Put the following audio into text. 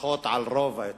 לפחות על רוב ההתנחלויות,